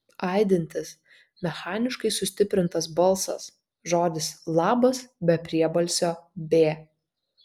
aidintis mechaniškai sustiprintas balsas žodis labas be priebalsio b